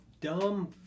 dumb